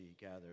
gather